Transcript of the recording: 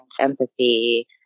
empathy